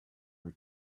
were